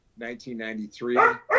1993